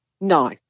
No